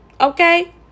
okay